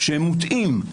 שהם מוטעים.